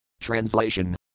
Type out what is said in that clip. Translation